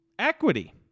equity